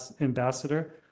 ambassador